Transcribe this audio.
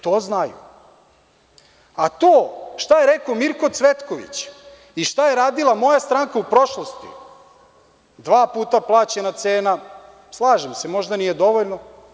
To znaju, a to šta je rekao Mirko Cvetković i šta je radila moja stranka u prošlosti, dva puta je plaćena cena, slažem se, možda ne i dovoljno.